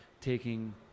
taking